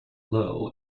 low